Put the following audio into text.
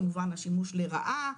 כמובן השימוש לרעה,